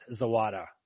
Zawada